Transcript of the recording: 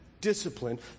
discipline